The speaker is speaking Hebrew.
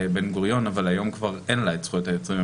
בן-גוריון אבל היום כבר אין לה את זכויות היוצרים,